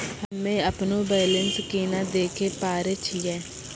हम्मे अपनो बैलेंस केना देखे पारे छियै?